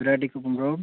Virattikuppam road